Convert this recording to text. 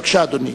בבקשה, אדוני.